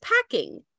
packing